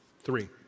Three